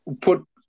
put